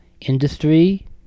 industry